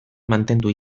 mantendu